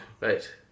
right